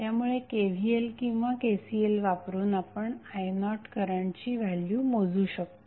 त्यामुळे KVL किंवा KCL वापरून आपण i0करंटची व्हॅल्यु मोजू शकतो